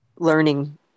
learning